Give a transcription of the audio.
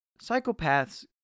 psychopaths